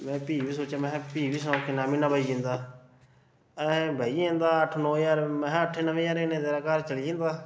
में फही बी सोचेआ मैं फ्ही बी सनाओ किन्ना म्हीना बची जंदा ऐ अहें बची जंदा अट्ठ नौ ज्हार महां अट्ठे नमें ज्हारे कन्नै तेरा घर चली जंदा